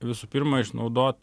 visų pirma išnaudot